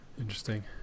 interesting